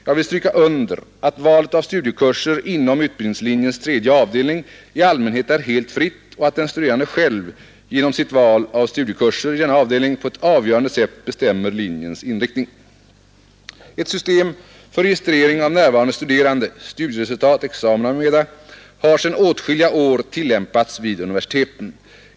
Jag vill stryka under att valet av studiekurser inom utbildningslinjens tredje avdelning i allmänhet är helt fritt och att den studerande själv genom sitt val av studiekurser i denna avdelning på ett avgörande sätt bestämmer linjens inriktning. Ett system för registrering av närvarande studerande, studieresultat, examina m.m. har sedan åtskilliga år tillämpats vid universiteten.